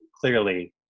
clearly